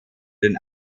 den